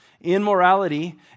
immorality